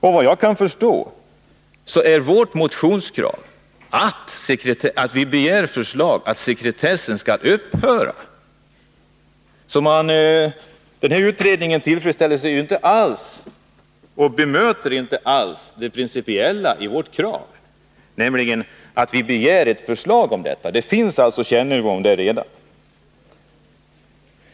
Såvitt jag förstår bemöter utredningen inte alls det principiella i vårt motionskrav. Vi begär nämligen att förslag skall läggas fram om att sekretessen skall upphöra. Det finns alltså redan kännedom om förhållandena.